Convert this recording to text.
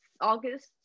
August